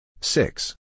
Six